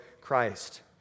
Christ